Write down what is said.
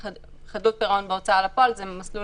חדלות פירעון בהוצאה לפועל זה מסלול